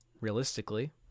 Realistically